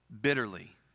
bitterly